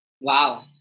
Wow